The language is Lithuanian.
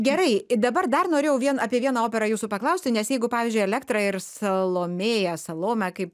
gerai dabar dar norėjau vien apie vieną operą jūsų paklausti nes jeigu pavyzdžiui elektra ir salomėja salome kaip